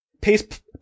Paste